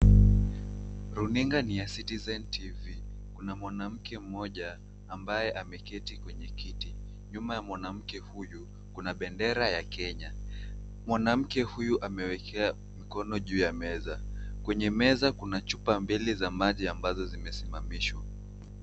Runinga niya Citizen TV, kuna mwanamke mmoja ambaye ameketi kwenye kiti. Nyuma ya mwanamke huyu kuna bendera ya Kenya. Mwanamke huyu amewekelea mikono juu ya meza. Kwenya mezi kuna chupa mbili juu ya meza ambazo zimesimamishwa.